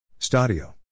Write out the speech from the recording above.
Stadio